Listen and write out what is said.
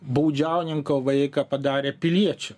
baudžiauninko vaiką padarė piliečiu